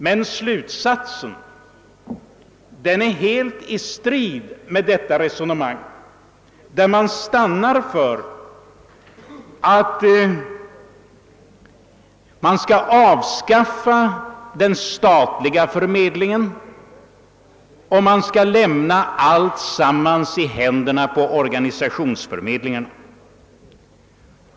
Det förslag utskottet stannar för står dock i strid med detta resonemang, förslaget att man skall avskaffa den statliga förmedlingen och lämna hela verksamheten i händerna på organisationsförmedlingarna.